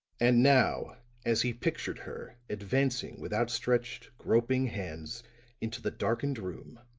and now as he pictured her advancing with outstretched, groping hands into the darkened room